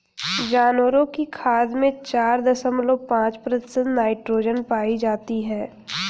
जानवरों की खाद में चार दशमलव पांच प्रतिशत नाइट्रोजन पाई जाती है